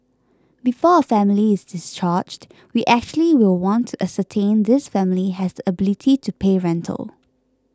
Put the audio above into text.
before a family is discharged we actually will want to ascertain this family has the ability to pay rental